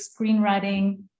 screenwriting